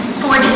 four